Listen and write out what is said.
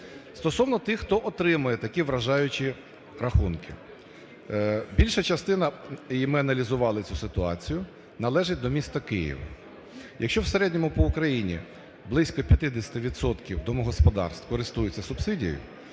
Стосовно тих, хто отримує такі вражаючі рахунки. Більша частина, і ми аналізували цю ситуацію, належить до міста Києва. Якщо в середньому по Україні близько 50 відсотків домогосподарств користуються субсидією,